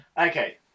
Okay